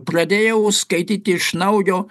pradėjau skaityti iš naujo